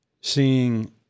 seeing